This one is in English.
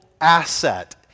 asset